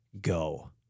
go